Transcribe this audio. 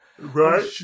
right